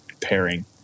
pairing